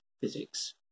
physics